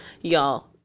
y'all